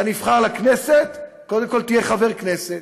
אתה נבחר לכנסת, קודם כול תהיה חבר כנסת.